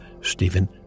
Stephen